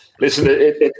listen